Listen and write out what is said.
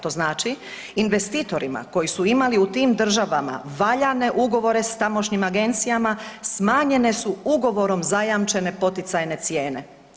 To znači investitorima koji su imali u tim država valjane ugovore s tamošnjim agencijama smanjene su ugovorom zajamčene poticajne cijene.